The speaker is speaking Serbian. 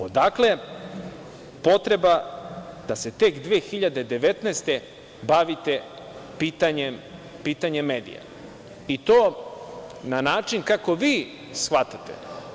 Odakle potreba da se tek 2019. godine bavite pitanjem medija, i to na način kako vi shvatate?